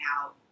out